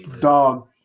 Dog